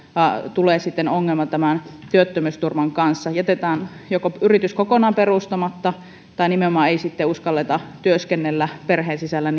tulee sitten ongelma työttömyysturvan kanssa joko jätetään yritys kokonaan perustamatta tai ei sitten uskalleta työskennellä perheen sisällä